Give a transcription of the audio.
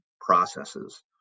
processes